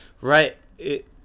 Right